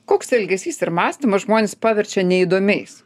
koks elgesys ir mąstymas žmones paverčia neįdomiais